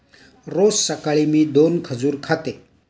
रोज सकाळी मी दोन खजूर खाते